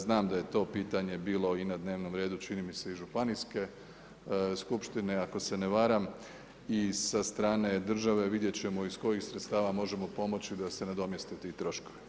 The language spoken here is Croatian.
Znam da je to pitanje bilo i na dnevnom redu čini mi se i županijske skupštine ako se ne varam i sa strane države vidjet ćemo iz kojih sredstava možemo pomoći da se nadomjeste ti troškovi.